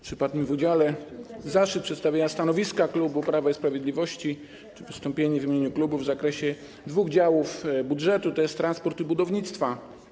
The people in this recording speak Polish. Przypadł mi w udziale zaszczyt przedstawienia stanowiska klubu Prawa i Sprawiedliwości, wystąpienia w imieniu klubu w zakresie dwóch działów budżetu, tj. transportu i budownictwa.